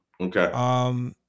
Okay